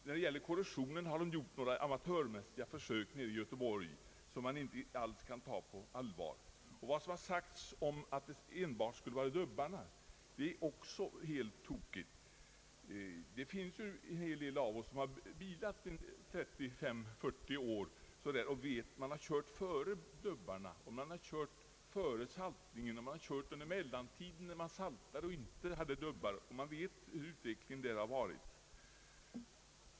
När det gäller korrosionen har man gjort några amatörmässiga försök i Göteborg vilka inte alls kan tas på allvar, och vad som har sagts om att problemet enbart skulle bero på dubbarna är också helt felaktigt. En del av oss har bilat i 35—40 år och har alltså kört före dubbarnas tid, före saltningens tid och under mellantiden när man saltade och inte hade dubbar, så att vi vet hur utvecklingen har varit.